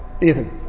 Ethan